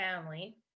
family